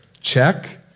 check